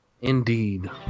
Indeed